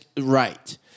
right